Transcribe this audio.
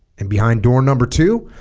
and behind door number two